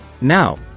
Now